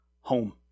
Home